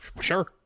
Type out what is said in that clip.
Sure